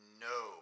No